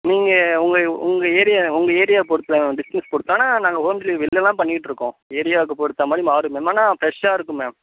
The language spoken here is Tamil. நீங்கள் உங்கள் உங்கள் ஏரியா உங்கள் ஏரியா புறத்தில் பிஸ்னஸ் கொடுத்தாங்கனா நாங்கள் ஹோம் டெலிவரி வெளிலலா பண்ணியிட்டுருக்கோம் ஏரியாக்கு பொருத்த மாதிரி மாறும் மேம் ஆனால் ப்ரெஷ்ஷாக இருக்கும் மேம்